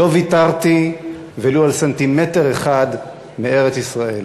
לא ויתרתי ולו על סנטימטר אחד מארץ-ישראל.